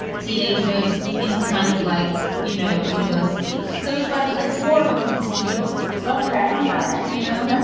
teenage hood into kind of like, you know, university so it's like it's more of a continuum. ok. all right. you know